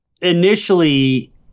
initially